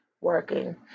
working